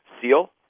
seal